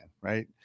right